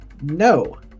No